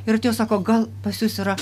ir sako gal pas jus yra